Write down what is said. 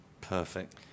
Perfect